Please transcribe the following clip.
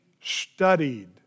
studied